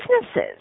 businesses